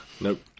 Nope